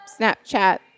Snapchat